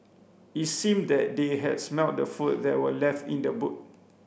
it seemed that they had smelt the food that were left in the boot